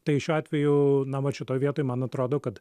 tai šiuo atveju na vat šitoj vietoj man atrodo kad